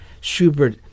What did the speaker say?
Schubert